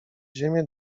ziemię